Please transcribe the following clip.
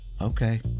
Okay